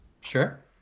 Sure